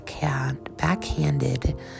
backhanded